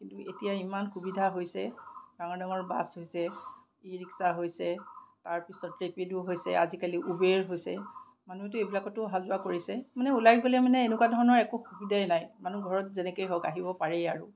কিন্তু এতিয়া ইমান সুবিধা হৈছে ডাঙৰ ডাঙৰ বাছ হৈছে ই ৰিক্সা হৈছে তাৰ পিছত ৰেপিড' হৈছে আজিকালি উবেৰ হৈছে মানুহতো এইবিলাকতো অহা যোৱা কৰিছে মানে ওলাই গ'লে মানে এনেকুৱা ধৰণৰ একো সুবিধাই নাই মানুহ ঘৰত যেনেকেই হওক আহিব পাৰেই আৰু